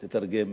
תתרגם,